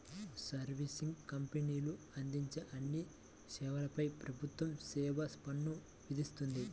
servicing కంపెనీలు అందించే అన్ని సేవలపై ప్రభుత్వం సేవా పన్ను విధిస్తుంది